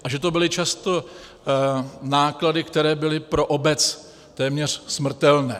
A že to byly často náklady, které byly pro obec téměř smrtelné!